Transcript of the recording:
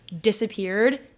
disappeared